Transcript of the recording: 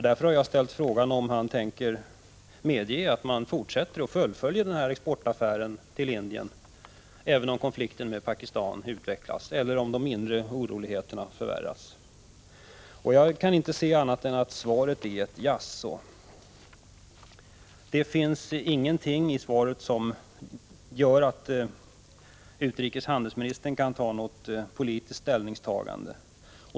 Därför har jag ställt frågan om han tänker medge att man fortsätter och fullföljer den här affären med export till Indien även om konflikten med Pakistan utvecklas eller om de inre oroligheterna förvärras. Jag kan inte se annat än att svaret är ett jaså. Det finns ingenting i svaret som innebär att utrikeshandelsministern gör ett politiskt ställningstagande.